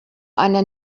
eine